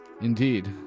Indeed